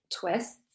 twists